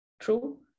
True